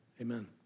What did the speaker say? amen